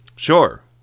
Sure